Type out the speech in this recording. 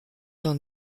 van